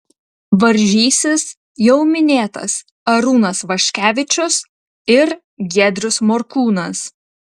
varžysis jau minėtas arūnas vaškevičius ir giedrius morkūnas